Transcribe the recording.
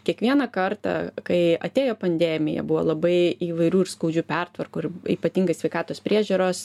kiekvieną kartą kai atėjo pandemija buvo labai įvairių ir skaudžių pertvarkų ir ypatingai sveikatos priežiūros